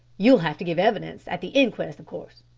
you'll have to give evidence at the inquest of course.